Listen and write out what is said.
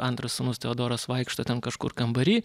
antras sūnus teodoras vaikšto ten kažkur kambary